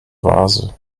vase